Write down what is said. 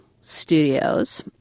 Studios